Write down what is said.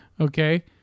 Okay